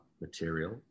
material